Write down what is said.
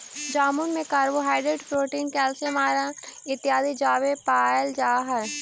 जामुन में carbohydrate protein calcium iron इत्यादि जादे पायल जा हई